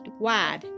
wide